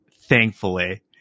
thankfully